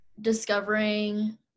Discovering